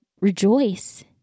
rejoice